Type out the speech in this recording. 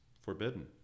forbidden